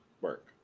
work